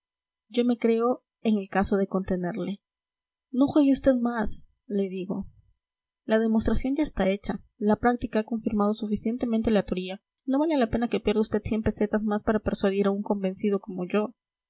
yo me creo en el caso de contenerle no juegue usted más le digo la demostración ya está hecha la práctica ha confirmado suficientemente la teoría no vale la pena que pierda usted cien pesetas más para persuadir a un convencido como yo